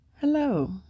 Hello